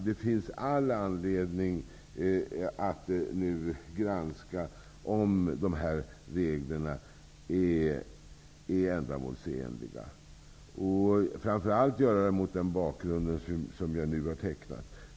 Det finns all anledning att granska reglerna för att se om de är ändamålsenliga -- framför allt mot bakgrund av det som jag här har tecknat.